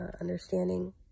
understanding